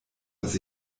was